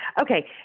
Okay